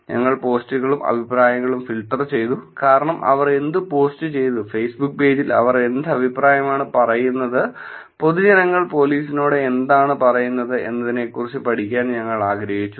ഞങ്ങൾ പോസ്റ്റുകളും അഭിപ്രായങ്ങളും ഫിൽട്ടർ ചെയ്തു കാരണം അവർ എന്ത് പോസ്റ്റ് ചെയ്തു ഫേസ്ബുക്ക് പേജിൽ അവർ എന്ത് അഭിപ്രായമാണ് പറയുന്നത് പൊതുജനങ്ങൾ പോലീസിനോട് എന്താണ് പറയുന്നത് എന്നതിനെക്കുറിച്ച് പഠിക്കാൻ ഞങ്ങൾ ആഗ്രഹിച്ചു